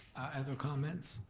other comments?